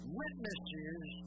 witnesses